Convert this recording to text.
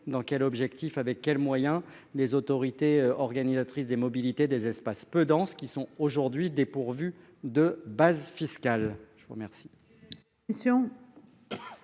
dans quel objectif. Avec quels moyens les autorités organisatrices de mobilité des espaces peu dense qui sont aujourd'hui dépourvus de base fiscale, je vous remercie.